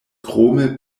krome